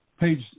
Page